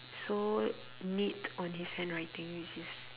so neat on his handwriting which is